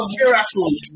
miracles